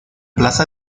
plaza